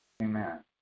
Amen